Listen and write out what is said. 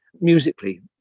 musically